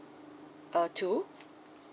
uh two